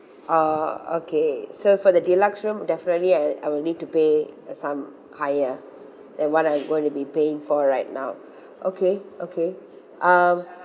oh okay so for the deluxe room definitely I I will need to pay some higher than what I'm gonna be paying for right now okay okay um